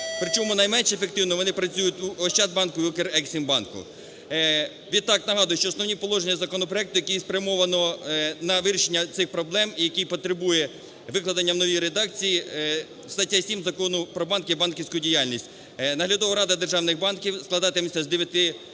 причому найменш ефективно вони працюють в "Ощадбанку" і в "Укрексімбанку". Відтак нагадую, що основні положення законопроекту, які спрямовано на вирішення цих проблем, який потребує викладення в новій редакції, стаття 7 Закону "Про банки і банківську діяльність". Наглядова рада державних банків складатиметься з дев'яти